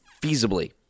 feasibly